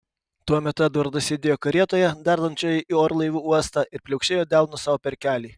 tuo metu edvardas sėdėjo karietoje dardančioje į orlaivių uostą ir pliaukšėjo delnu sau per kelį